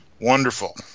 Wonderful